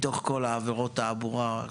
מתוך כל עבירות התעבורה.